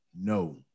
No